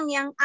Yang